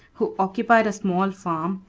who occupied a small farm,